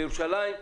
בירושלים,